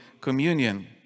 Communion